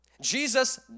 Jesus